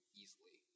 easily